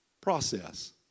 process